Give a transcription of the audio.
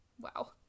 Wow